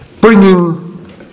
bringing